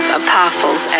apostles